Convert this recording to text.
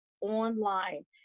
online